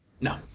No